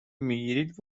میگیرید